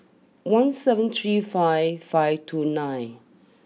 one seven three five five two nine